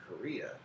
Korea